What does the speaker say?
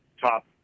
top